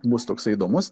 bus toksai įdomus